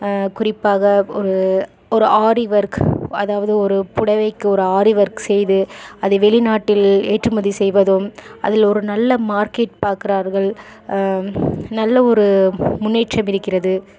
குறிப்பாக ஒரு ஒரு ஆரி ஒர்க் அதாவது ஒரு புடவைக்கு ஒரு ஆரி ஒர்க் செய்து அதை வெளிநாட்டில் ஏற்றுமதி செய்வதும் அதில் ஒரு நல்ல மார்க்கெட் பார்க்குறார்கள் நல்ல ஒரு முன்னேற்றம் இருக்கிறது